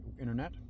internet